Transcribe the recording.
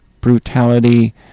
Brutality